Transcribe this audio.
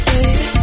Baby